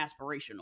aspirational